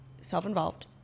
self-involved